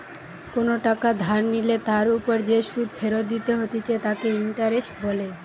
কোনো টাকা ধার নিলে তার ওপর যে সুধ ফেরত দিতে হতিছে তাকে ইন্টারেস্ট বলে